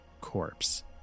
corpse